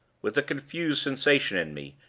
with a confused sensation in me,